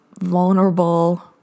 vulnerable